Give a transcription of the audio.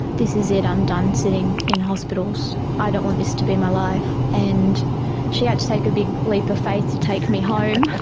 this is it, i'm done sitting in hospitals, i don't want this to be my life. and she had to take a big leap of faith to take me home.